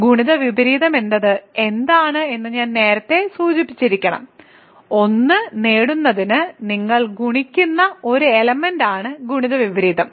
ഗുണിത വിപരീതമെന്നത് എന്താണ് എന്ന് ഞാൻ നേരത്തെ സൂചിപ്പിച്ചിരിക്കണം 1 നേടുന്നതിന് നിങ്ങൾ ഗുണിക്കുന്ന ഒരു എലെമെന്റാണ് ഗുണിത വിപരീതം